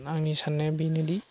आंनि साननाया बेनोदि